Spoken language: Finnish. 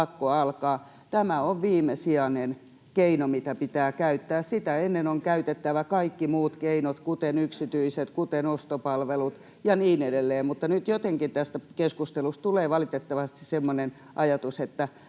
lakko alkaa: Tämä on viimesijainen keino, mitä voi käyttää. Sitä ennen on käytettävä kaikki muut keinot — kuten yksityiset, kuten ostopalvelut ja niin edelleen — mutta nyt jotenkin tästä keskustelusta tulee valitettavasti semmoinen ajatus, että